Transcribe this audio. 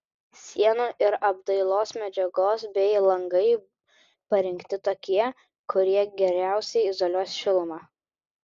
sienų ir apdailos medžiagos bei langai parinkti tokie kurie geriausiai izoliuos šilumą